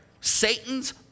Satan's